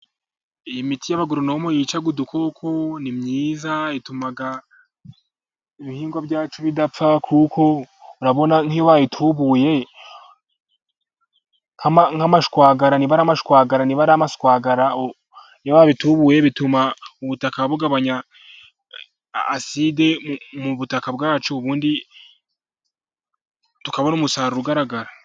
Iyi miti y'abagoromo yica udukoko, ni myiza, ituma ibihingwa byacu bidapfa, nk'iyo bayitubuye nk'amashwagara, bituma ubutaka bugabanya aside mu butaka bwacu, ubundi tukabona umusaruro ugaragara.